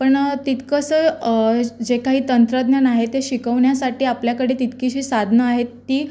पण तितकंसं जे काही तंत्रज्ञान आहे ते शिकवण्यासाठी आपल्याकडे तितकीशी साधनं आहेत ती